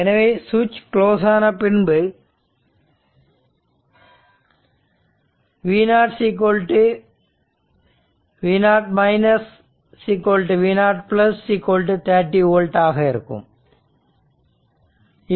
எனவே சுவிட்ச் க்ளோஸ் ஆனபின்பு v0 v0 v0 30 ஓல்ட் ஆக இருக்கும்